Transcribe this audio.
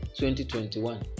2021